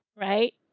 right